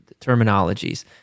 terminologies